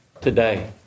today